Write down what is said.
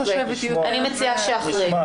אני מציעה שאחרי.